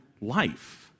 life